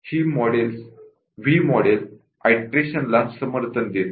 V model iterations ला समर्थन देत नाही